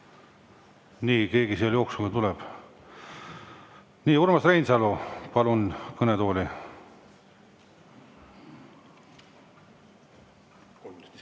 Nii, keegi sealt jooksuga tuleb. Urmas Reinsalu, palun kõnetooli!